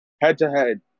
head-to-head